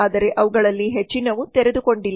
ಆದರೆ ಅವುಗಳಲ್ಲಿ ಹೆಚ್ಚಿನವು ತೆರೆದುಕೊಂಡಿಲ್ಲ